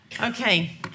Okay